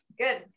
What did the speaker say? Good